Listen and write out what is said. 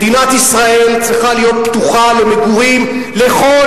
מדינת ישראל צריכה להיות פתוחה למגורים לכל